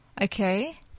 Okay